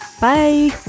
Bye